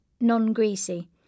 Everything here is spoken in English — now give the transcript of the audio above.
non-greasy